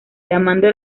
llamando